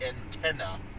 antenna